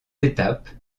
étapes